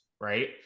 right